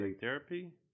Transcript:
therapy